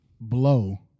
blow